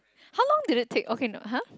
how long did it take okay no !hah!